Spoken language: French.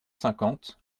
cinquante